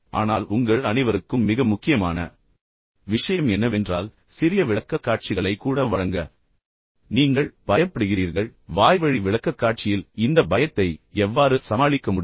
ஆனால் உங்கள் அனைவருக்கும் மிக முக்கியமான விஷயம் என்னவென்றால் சிறிய விளக்கக்காட்சிகளை கூட வழங்க நீங்கள் பயப்படுகிறீர்கள் வாய்வழி விளக்கக்காட்சியில் இந்த பயத்தை எவ்வாறு சமாளிக்க முடியும்